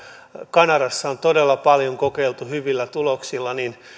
kanadassa on todella paljon kokeiltu hyvillä tuloksilla niin